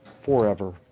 forever